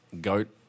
goat